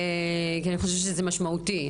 כי אני חושבת שזה משמעותי.